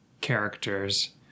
characters